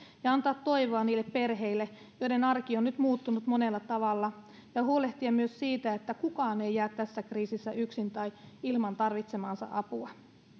ja antaa toivoa niille perheille joiden arki on nyt muuttunut monella tavalla ja huolehtia myös siitä että kukaan ei jää tässä kriisissä yksin tai ilman tarvitsemaansa apua